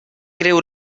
greu